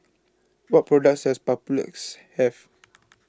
What products Does Papulex Have